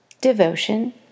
devotion